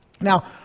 Now